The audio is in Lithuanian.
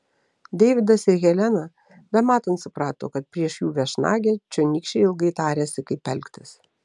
deividas ir helena bematant suprato kad prieš jų viešnagę čionykščiai ilgai tarėsi kaip elgtis